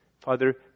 Father